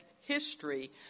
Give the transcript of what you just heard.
history